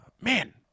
Man